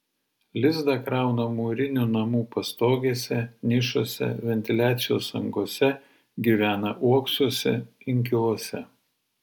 lizdą krauna mūrinių namų pastogėse nišose ventiliacijos angose gyvena uoksuose inkiluose